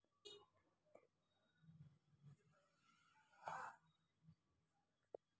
రాయితీతో కూడిన రుణాన్ని కొన్నిసార్లు సాఫ్ట్ లోన్ గా పిలుస్తారు